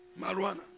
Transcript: Marijuana